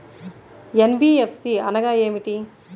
NBFC అనగా ఏమిటీ?